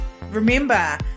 Remember